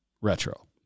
retro